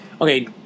Okay